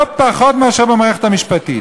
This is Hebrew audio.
לא פחות מאשר במערכת המשפטית.